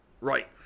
Right